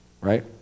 right